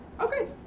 Okay